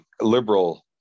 liberal